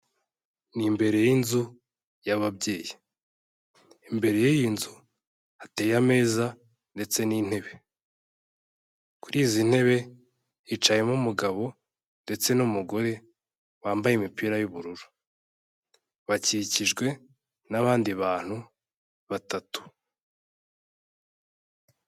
Ni imbere y'inzu y'ababyeyi, imbere y'iyi nzu hateye ameza ndetse n'intebe, kuri izi ntebe hicayemo umugabo ndetse n'umugore wambaye imipira y'ubururu, bakikijwe n'abandi bantu batatu.